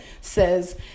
says